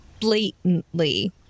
blatantly